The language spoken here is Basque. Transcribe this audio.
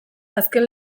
azken